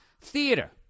Theater